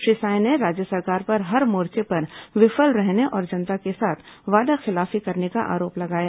श्री साय ने राज्य सरकार पर हर मोर्चे पर विफल रहने और जनता के साथ वादाखिलाफी करने का आरोप लगाया